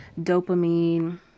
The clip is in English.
dopamine